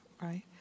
right